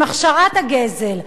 עם הכשרת הגזל.